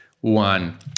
One